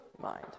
mind